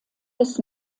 des